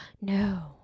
No